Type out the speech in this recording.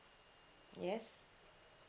yes